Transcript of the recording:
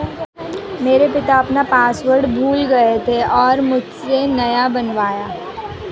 मेरे पिता अपना पासवर्ड भूल गए थे और मुझसे नया बनवाया